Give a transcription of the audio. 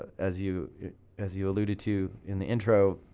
as you as you alluded to in the intro,